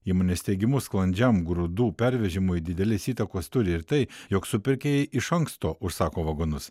įmonės teigimu sklandžiam grūdų pervežimui didelės įtakos turi ir tai jog supirkėjai iš anksto užsako vagonus